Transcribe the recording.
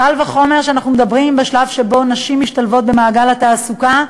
קל וחומר כשאנחנו מדברים בשלב שבו נשים משתלבות במעגל התעסוקה,